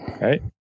Right